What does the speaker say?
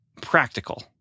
practical